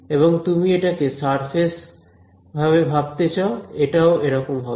এবং যদি তুমি এটাকে সারফেস ভাবে ভাবতে চাও এটা এরকম হবে